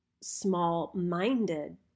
small-minded